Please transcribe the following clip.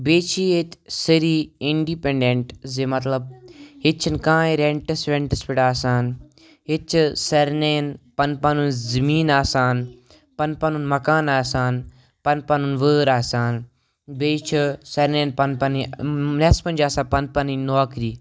بیٚیہِ چھِ ییٚتہِ سٲری اِنڈِپٮ۪نٛڈٮ۪نٛٹ زِ مطلب ییٚتہِ چھِنہٕ کانٛہہ ہَے رٮ۪نٹَس وٮ۪نٹَس پٮ۪ٹھ آسان ییٚتہِ چھِ سارنِیَن پَن پَنُن زٔمیٖن آسان پَن پَنُن مکان آسان پَن پَنُن وٲر آسان بیٚیہِ چھِ سارنٕے پَن پَنٕنۍ نٮ۪صپَن چھِ آسان پَن پَنٕنۍ نوکری